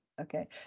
Okay